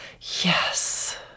yes